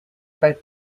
about